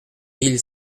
mille